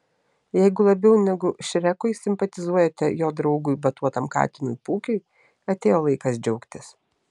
jeigu labiau negu šrekui simpatizuojate jo draugui batuotam katinui pūkiui atėjo laikas džiaugtis